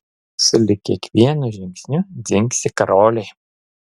sulig kiekvienu žingsniu dzingsi karoliai